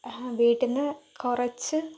വീട്ടിൽ നിന്ന് കുറച്ച്